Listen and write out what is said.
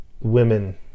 women